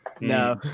No